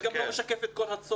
זה גם לא משקף את כל הצורך.